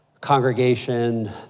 congregation